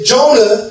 Jonah